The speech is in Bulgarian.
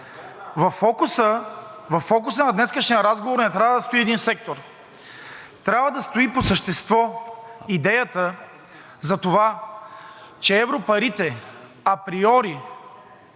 фокуса на днешния разговор не трябва да стои един сектор, трябва да стои по същество идеята за това, че европарите априори